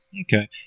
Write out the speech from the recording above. Okay